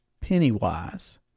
penny-wise